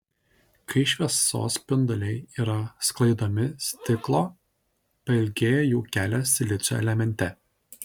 kai šviesos spinduliai yra sklaidomi stiklo pailgėja jų kelias silicio elemente